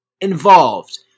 involved